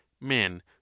Men